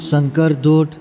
શંકર ધોધ